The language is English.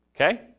Okay